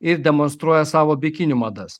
ir demonstruoja savo bikinių madas